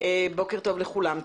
בוקר טוב לכולם.